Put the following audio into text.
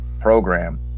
program